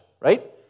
right